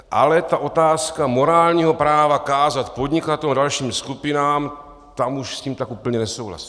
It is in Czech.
Ale ta otázka morálního práva kázat podnikatelům a dalším skupinám tam už s tím tak úplně nesouhlasím.